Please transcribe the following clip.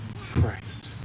Christ